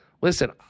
listen